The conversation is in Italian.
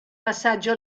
passaggio